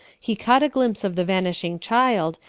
he caught a glimpse of the vanishing child,